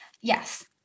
Yes